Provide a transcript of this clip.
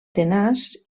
tenaç